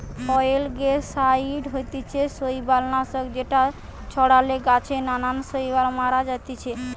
অয়েলগেসাইড হতিছে শৈবাল নাশক যেটা ছড়ালে গাছে নানান শৈবাল মারা জাতিছে